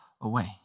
away